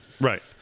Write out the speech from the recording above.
Right